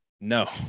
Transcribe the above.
no